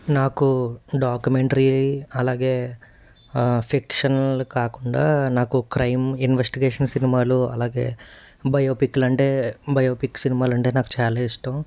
నాకు డాక్యుమెంటరీ అలాగే ఫిక్షన్లు కాకుండా నాకు క్రైమ్ ఇన్వెస్టిగేషన్ సినిమాలు అలాగే బయోపిక్లు అంటే బయోపిక్ సినిమాలు అంటే నాకు చాలా ఇష్టం